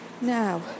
Now